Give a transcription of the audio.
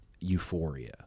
euphoria